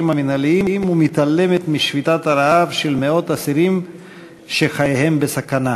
המינהליים ומתעלמת משביתת הרעב של מאות אסירים שחייהם בסכנה.